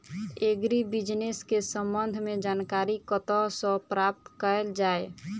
Agri business केँ संबंध मे जानकारी कतह सऽ प्राप्त कैल जाए?